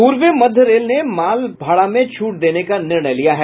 पूर्व मध्य रेल ने माल भाड़ा में छूट देने का निर्णय लिया है